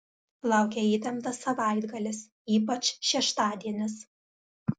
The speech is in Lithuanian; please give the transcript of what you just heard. laukia įtemptas savaitgalis ypač šeštadienis